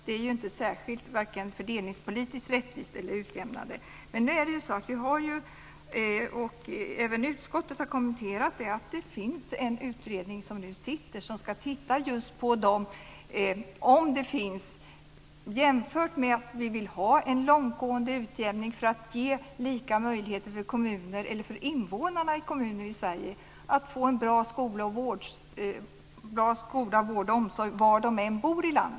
Det är ju varken särskilt fördelningspolitiskt rättvist eller utjämnande. Det finns en utredning, och det har även utskottet kommenterat, som sitter och ska titta just på detta. Vi vill ha en långtgående utjämning för att ge lika möjligheter för kommunerna - eller för invånarna i kommunerna - i Sverige att få en bra skola, vård och omsorg var de än bor i landet.